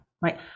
right